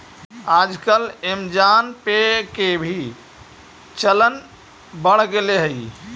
आजकल Amazon pay के भी चलन बढ़ गेले हइ